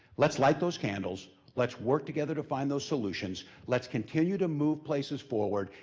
let's light those candles, let's work together to find those solutions, let's continue to move places forward,